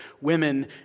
women